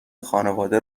خانواده